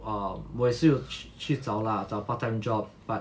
um 我也是有去去找 lah 找 part time job but